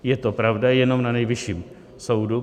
Je to pravda jenom na Nejvyšším soudu.